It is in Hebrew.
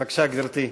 בבקשה, גברתי.